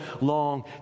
long